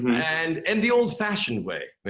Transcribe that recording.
and and the old-fashioned way, may